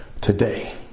today